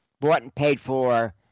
bought-and-paid-for